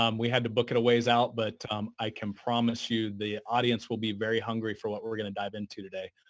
um we had to book it a ways out, but i can promise you, the audience will be very hungry for what we're we're going to dive into today.